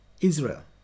Israel